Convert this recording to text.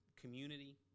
community